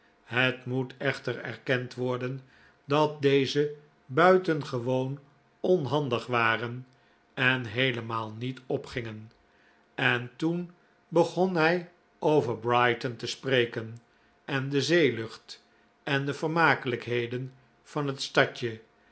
het moet echter erkend worden dat deze buitengewoon onhandig waren en heelemaal niet opgingen en toen begon hij over brighton te spreken en de zeelucht en de vermakelijkheden van het stadje